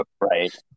Right